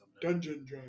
Dungeon